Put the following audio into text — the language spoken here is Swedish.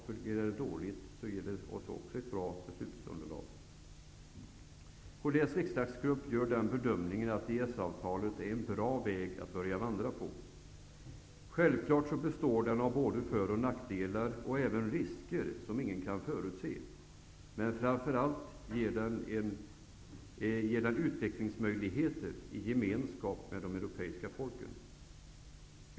Fungerar det dåligt ger det också ett bra beslutsunderlag. Kds riksdagsgrupp gör bedömningen att EES avtalet är en bra väg att börja vandra på. Självklart består den av både för och nackdelar och även risker som ingen kan förutse. Men framför allt ger den utvecklingsmöjligheter i gemenskap med de övriga europeiska folken.